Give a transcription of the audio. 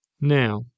Now